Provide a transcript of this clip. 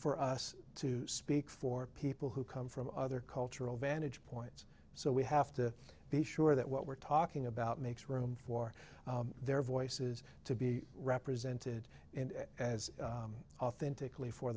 for us to speak for people who come from other cultural vantage points so we have to be sure that what we're talking about makes room for their voices to be represented as authentically for